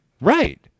Right